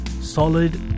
Solid